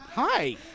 Hi